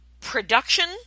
production